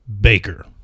baker